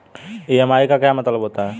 EMI का क्या मतलब होता है?